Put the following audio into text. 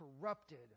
corrupted